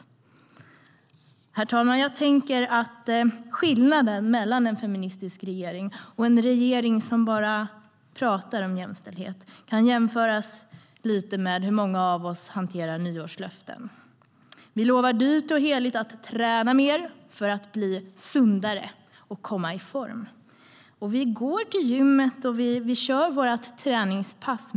Herr talman! Jag tänker att skillnaden mellan en feministisk regering och en regering som bara pratar om jämställdhet kan jämföras lite grann med hur många av oss hanterar nyårslöften. Vi lovar dyrt och heligt att träna mer för att bli sundare och komma i form. Och vi går till gymmet och kör vårt träningspass.